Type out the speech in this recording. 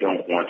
don't want